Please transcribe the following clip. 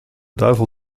duivel